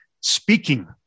Speaking